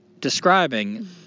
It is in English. describing